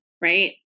right